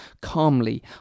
calmly